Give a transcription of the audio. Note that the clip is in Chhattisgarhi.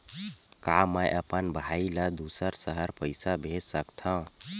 का मैं अपन भाई ल दुसर शहर पईसा भेज सकथव?